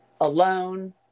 alone